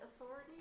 authority